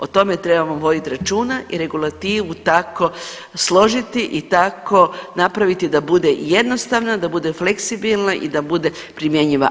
O tome trebamo voditi računa i regulativu tako složiti i tako napraviti da bude jednostavna, da bude fleksibilna i da bude primjenjiva.